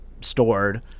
stored